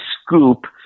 scoop